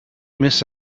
miss